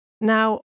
Now